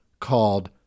called